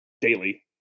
daily